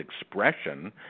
expression